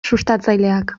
sustatzaileak